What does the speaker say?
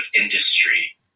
industry